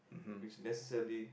which necessarily